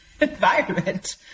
environment